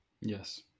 yes